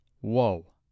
Whoa